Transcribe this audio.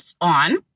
on